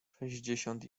sześćdziesiąt